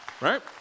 Right